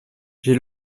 j’ai